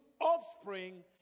offspring